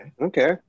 Okay